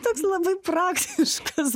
toks labai praktiškas